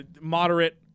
moderate